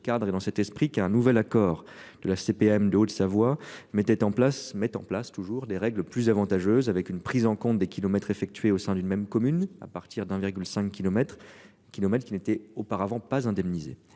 ce cadre et dans cet esprit qu'un nouvel accord de la CPAM de Haute-Savoie mettait en place met en place, toujours des règles plus avantageuses avec une prise en compte des kilomètres effectués au sein d'une même commune à partir d'1,5 kilomètres kilomètres qui n'était auparavant pas indemnisés